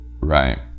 right